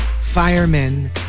firemen